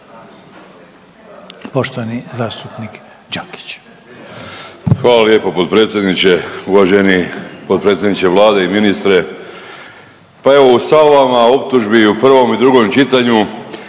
poštovani zastupnik Đakić.